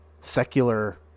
secular